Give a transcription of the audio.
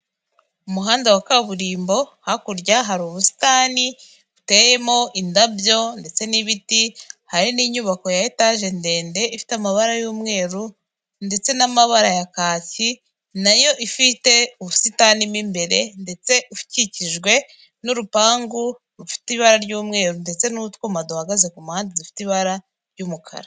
Umuhanda wa kaburimbo hakurya hari ubusitani buteyemo indabyo ndetse n'ibiti, hari n'inyubako ya etaje ndende ifite amabara y'umweru ndetse n'amabara ya kaki nayo ifite ubusitani' imbere ndetse ukikijwe n'urupangu rufite ibara ry'umweru ndetse n'utwuma duhagaze ku mpande zifite ibara ry'umukara.